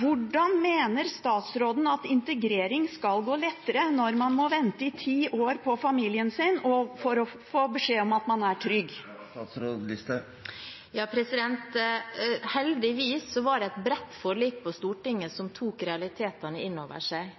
Hvordan mener statsråden at integrering skal gå lettere når man må vente i ti år på familien sin, og for å få beskjed om at man er trygg? Heldigvis var det et bredt forlik på Stortinget som tok realitetene inn over seg,